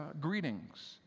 greetings